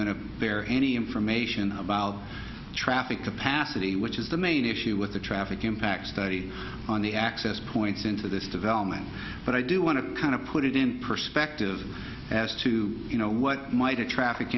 be there any information about traffic capacity which is the main issue with the traffic impact study on the access points into this development but i do want to kind of put it in perspective as to what might a traffic